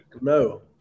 No